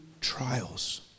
trials